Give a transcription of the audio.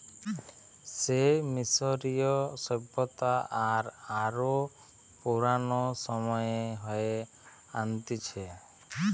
সে মিশরীয় সভ্যতা আর আরো পুরানো সময়ে হয়ে আনতিছে